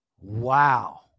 Wow